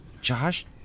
Josh